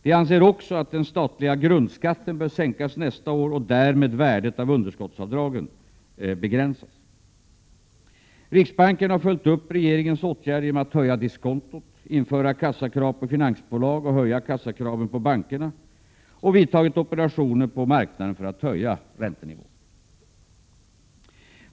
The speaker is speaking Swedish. Vi anser också att den statliga grundskatten bör sänkas nästa år och därmed värdet av underskottsavdragen begränsas. Riksbanken har följt upp regeringens åtgärder genom att höja diskontot, införa kassakrav på finansbolag och höja kassakraven på bankerna och genom att vidta operationer på marknaden för att höja räntenivån. 2.